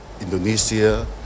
Indonesia